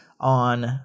on